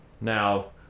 Now